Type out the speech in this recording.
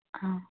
ആ